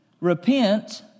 Repent